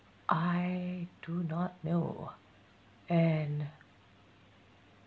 I do not know and